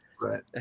Right